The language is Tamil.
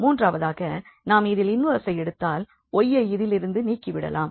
மூன்றாவதாக நாம் இதில் இன்வெர்ஸ்ஸை எடுத்தால் y ஐ இதிலிருந்து நீக்கி விடலாம்